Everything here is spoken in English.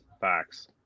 Facts